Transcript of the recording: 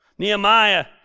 Nehemiah